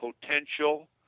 potential